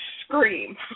scream